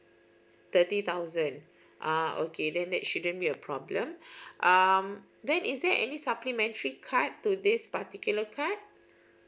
thirty thousand uh okay then that shouldn't be a problem um then is there any supplementary card to this particular card